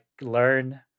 learn